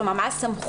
כלומר, מה הסמכות